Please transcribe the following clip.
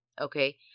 Okay